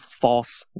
false